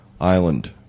Island